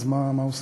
אז מה עושים?